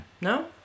No